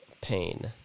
pain